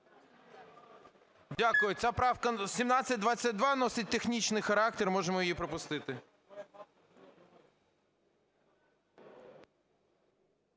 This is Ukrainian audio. Дякую. Ця правка, 1722, носить технічний характер, можемо ї пропустити.